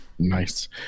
nice